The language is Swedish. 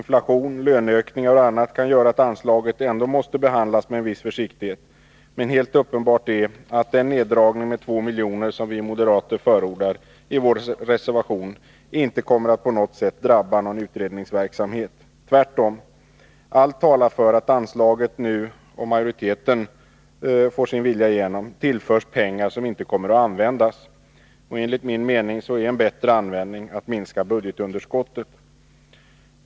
Inflation, löneökningar och annat kan medföra att anslaget ändå måste behandlas med en viss försiktighet. Men helt uppenbart är att den neddragning med 2 miljoner som vi moderater förordar i vår reservation inte kommer att på något sätt drabba någon utredningsverksamhet. Tvärtom talar allt för att anslaget nu — om majoriteten får sin vilja igenom -— tillförs pengar som inte kommer att användas. Enligt min mening blir det en bättre användning av pengarna, om man minskar budgetunderskottet.